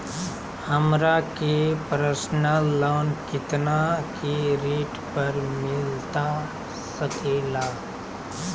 हमरा के personal loan कितना के रेट पर मिलता सके ला?